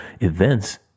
events